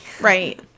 Right